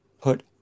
put